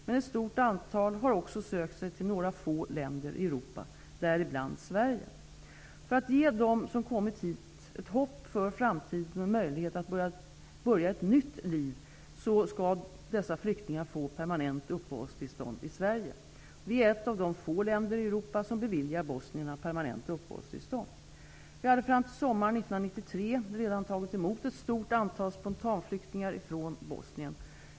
Men ett stort antal har också sökt sig till några få länder i Europa, däribland Sverige. För att vi skall kunna ge dem som kommit hit ett hopp för framtiden och en möjlighet att börja ett nytt liv skall dessa flyktingar få permanent uppehållstillstånd i Sverige. Vi är ett av de få länder i Europa som beviljar bosnierna permanent uppehållstillstånd. Vi hade fram till sommaren 1993 redan tagit emot ett stort antal spontanflyktingar från Bosnien.